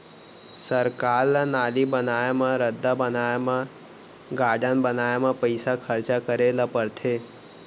सरकार ल नाली बनाए म, रद्दा बनाए म, गारडन बनाए म पइसा खरचा करे ल परथे